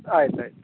ಆಯ್ತು ಆಯ್ತು